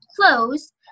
clothes